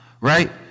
right